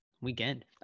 Weekend